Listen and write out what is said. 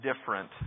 different